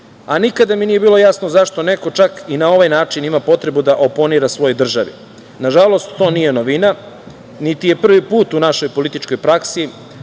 a nikada mi nije bilo jasno zašto neko čak i na ovaj način ima potrebu da oponira svojoj državi. Na žalost, to nije novina, niti je prvi put u našoj političkoj praksi